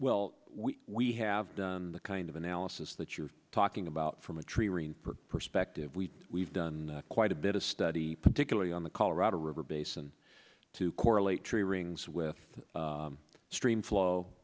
well we have done the kind of analysis that you're talking about from a tree rain perspective we we've done quite a bit of study particularly on the colorado river basin to correlate tree rings with stream flow